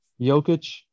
Jokic